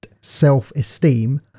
self-esteem